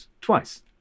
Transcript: Twice